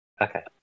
Okay